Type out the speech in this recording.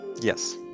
Yes